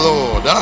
Lord